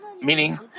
meaning